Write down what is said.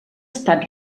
estat